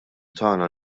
tagħna